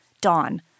DAWN